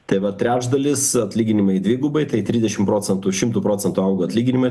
tai vat trečdalis atlyginimai dvigubai tai trisdešimt proentųc šimtu procentų auga atlyginimai